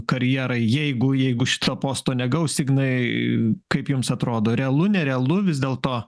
karjerai jeigu jeigu šito posto negaus ignai kaip jums atrodo realu nerealu vis dėlto